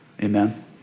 Amen